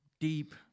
deep